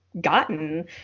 gotten